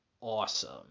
Awesome